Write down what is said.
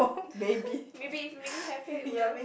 maybe if you make me happier it will